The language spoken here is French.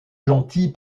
gentil